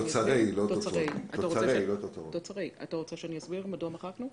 אתה רוצה שאני אסביר מדוע מחקנו?